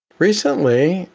recently,